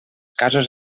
casos